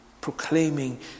proclaiming